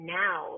now